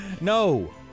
no